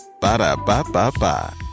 Ba-da-ba-ba-ba